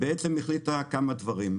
בעצם הוועדה החליטה על כמה דברים.